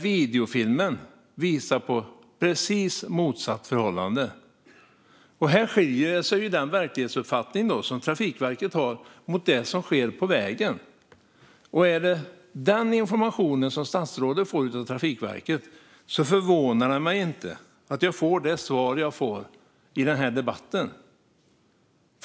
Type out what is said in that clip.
Videofilmen visar precis motsatt förhållande. Här skiljer sig Trafikverkets verklighetsuppfattning från det som sker på vägen. Är det sådan information som statsrådet får från Trafikverket blir jag inte förvånad över det svar jag får i debatten.